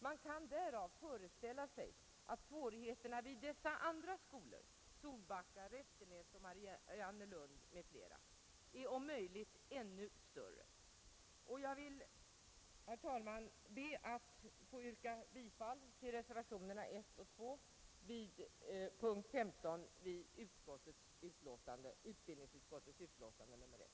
Man kan därav föreställa sig att svårigheterna vid andra skolor — Solbacka, Restenäs, Mariannelund m.fl. — om möjligt är ännu större. Herr talman! Jag ber att få yrka bifall till reservationerna 1 och 2 vid punkten 15 i utbildningsutskottets betänkande nr 1.